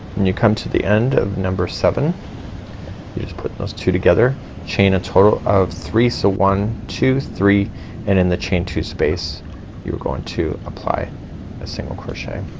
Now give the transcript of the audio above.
when you come to the end of number seven you're just putting those two together, chain a total of three. so one, two, three and in the chain two space you are going to apply a single crochet.